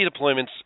deployments